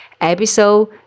episode